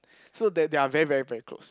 so they they're very very very close